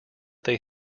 they